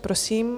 Prosím.